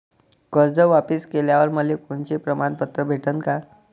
कर्ज वापिस केल्यावर मले कोनचे प्रमाणपत्र भेटन का?